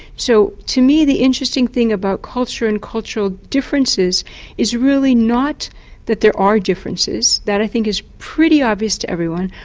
so to me the interesting thing about culture and cultural differences is really not that there are differences that i think is pretty obvious to everyone,